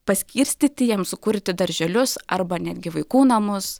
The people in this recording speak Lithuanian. paskirstyti jiems sukurti darželius arba netgi vaikų namus